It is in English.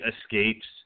escapes